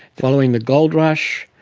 following the gold rush,